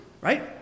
right